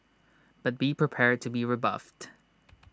but be prepared to be rebuffed